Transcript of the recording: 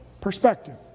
perspective